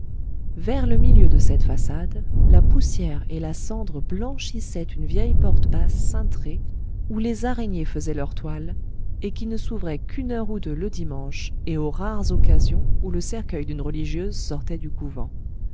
vers le milieu de cette façade la poussière et la cendre blanchissaient une vieille porte basse cintrée où les araignées faisaient leur toile et qui ne s'ouvrait qu'une heure ou deux le dimanche et aux rares occasions où le cercueil d'une religieuse sortait du couvent